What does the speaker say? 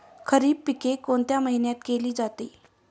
खरीप पिके कोणत्या महिन्यात केली जाते?